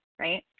right